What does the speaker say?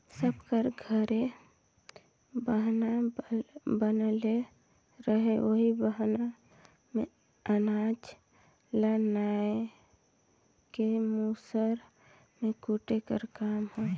सब कर घरे बहना बनले रहें ओही बहना मे अनाज ल नाए के मूसर मे कूटे कर काम होए